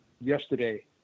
yesterday